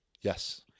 Yes